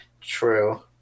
True